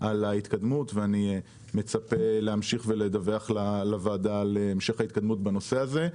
ואני מצפה להמשיך ולדווח לוועדה על המשך ההתקדמות בנושא הזה.